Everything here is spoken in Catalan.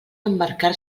emmarcar